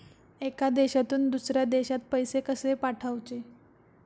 एका देशातून दुसऱ्या देशात पैसे कशे पाठवचे?